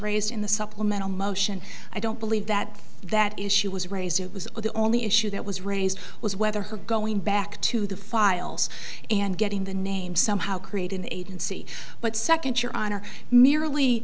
raised in the supplemental motion i don't believe that that issue was raised it was the only issue that was raised was whether her going back to the files and getting the name somehow create an agency but second your honor merely